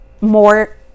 more